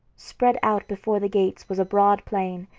spread out before the gates was a broad plain,